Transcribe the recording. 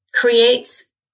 creates